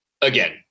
Again